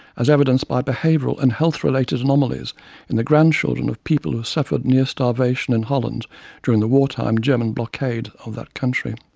as evidenced by behavioural and health-related anomalies in the grandchildren grandchildren of people who suffered near starvation in holland during the war-time german blockade of that country.